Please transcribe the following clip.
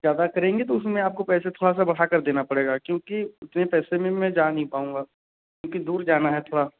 ज़्यादा करेंगे तो उसमें आपको पैसा थोड़ा सा बढ़ा कर देना पड़ेगा क्योंकि इतने पैसे में जा नहीं पाऊँगा क्योंकि दूर जाना है थोड़ा